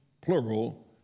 plural